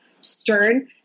stern